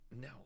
No